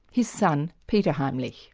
his son peter heimlich.